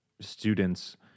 students